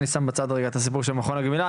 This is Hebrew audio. ואני שם בצד רגע את הסיפור של מכון הגמילה.